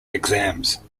exams